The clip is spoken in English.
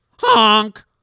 Honk